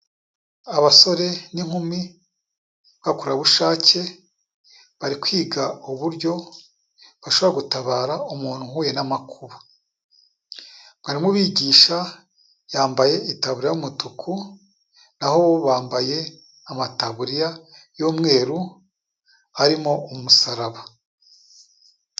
Abasore n'inkumi babakorabushake bari kwiga uburyo bashobora gutabara umuntu uhuye n'amakuba, mwarimu ubigisha yambaye itabu y'umutuku, n'aho bo bambaye amataburiya y'umweru harimo umusaraba.